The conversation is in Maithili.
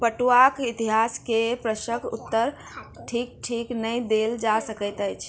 पटुआक इतिहास के प्रश्नक उत्तर ठीक ठीक नै देल जा सकैत अछि